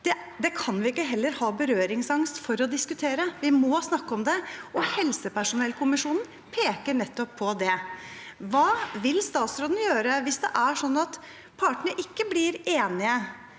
kan vi heller ikke ha berøringsangst for å diskutere. Vi må snakke om det, og helsepersonellkommisjonen peker nettopp på det. Hva vil statsråden gjøre hvis det er sånn at partene ikke blir enige?